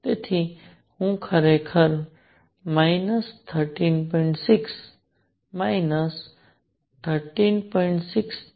તેથી હું ખરેખર હું માઇનસ13